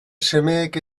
semeek